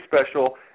special